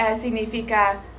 significa